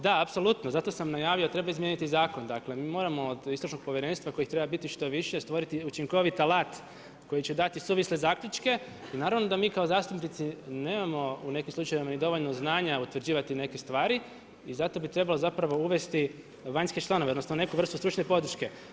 Da, apsolutno zato sam najavio treba izmijeniti zakon, dakle mi moramo od istražnog povjerenstva kojih treba biti što više stvoriti učinkovit alat koji će dati suvisle zaključke i naravno da mi kao zastupnici nemamo u nekim slučajevima ni dovoljno znanja utvrđivati neke stvari i zato bi trebalo uvesti vanjske članove odnosno neku vrstu stručne podrške.